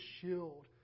shield